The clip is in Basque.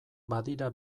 badira